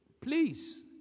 please